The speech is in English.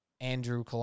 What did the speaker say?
Andrew